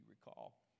recall